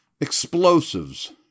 explosives